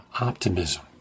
optimism